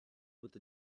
with